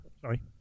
Sorry